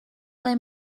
ble